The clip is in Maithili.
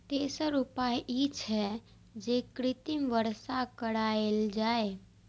तेसर उपाय ई छै, जे कृत्रिम वर्षा कराएल जाए